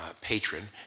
patron